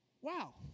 Wow